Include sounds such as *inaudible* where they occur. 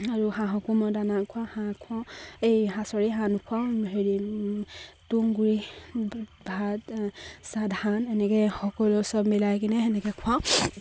আৰু হাঁহকো মই দানা খুৱাওঁ হাঁহ *unintelligible* এই হাঁহৰে হাঁহ নোখোৱাও হেৰি তুঁহ গুড়ি ভাত চাহ ধান এনেকে সকলো চব মিলাই কিনে সেনেকে খুৱাওঁ